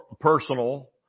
personal